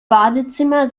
badezimmer